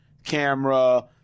camera